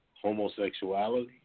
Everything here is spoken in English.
homosexuality